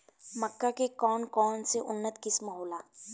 मक्का के कौन कौनसे उन्नत किस्म होला?